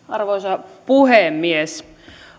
arvoisa puhemies